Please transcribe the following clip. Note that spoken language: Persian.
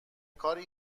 کاری